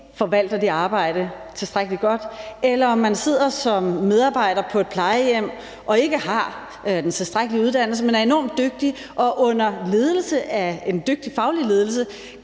forvalter det arbejde tilstrækkelig godt, eller man sidder som medarbejder på et plejehjem og ikke har den tilstrækkelige uddannelse, men er enormt dygtig og under ledelse af en dygtig faglig ledelse